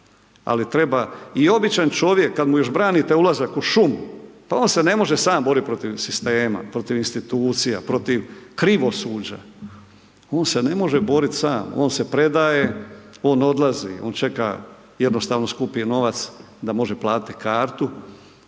Ali treba i običan čovjek, kad mu još branite ulazak u šumu, pa on se ne može sam borit protiv sistema, protiv institucija, protiv krivosuđa, on se ne može borit sam, on se predaje, on odlazi, on čeka, jednostavno skupi novac da može platiti kartu